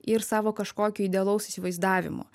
ir savo kažkokio idealaus įsivaizdavimo